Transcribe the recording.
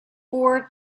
four